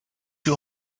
you